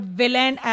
villain